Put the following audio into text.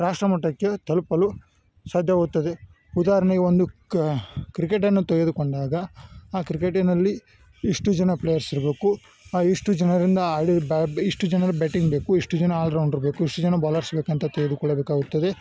ರಾಷ್ಟ್ರ ಮಟ್ಟಕ್ಕೆ ತಲುಪಲು ಸಾಧ್ಯವಾಗುತ್ತದೆ ಉದಾಹರಣೆಗ್ ಒಂದು ಕ ಕ್ರಿಕೆಟನ್ನು ತೆಗೆದುಕೊಂಡಾಗ ಆ ಕ್ರಿಕೆಟಿನಲ್ಲಿ ಇಷ್ಟು ಜನ ಪ್ಲೆಯರ್ಸ್ ಇರಬೇಕು ಇಷ್ಟು ಜನರಿಂದ ಆಡಿ ಇಷ್ಟು ಜನರು ಬ್ಯಾಟಿಂಗ್ ಬೇಕು ಇಷ್ಟು ಜನ ಆಲ್ರೌಂಡ್ರು ಬೇಕು ಇಷ್ಟು ಜನ ಬೌಲರ್ಸ್ ಬೇಕಂತ ತೆಗೆದುಕೊಳ್ಳಬೇಕಾಗುತ್ತದೆ